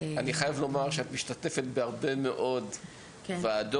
אני חייב לומר שאת משתתפת בהרבה מאוד ועדות,